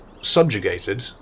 subjugated